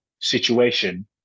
situation